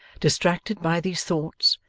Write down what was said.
distracted by these thoughts,